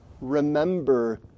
remember